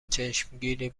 چشمگیری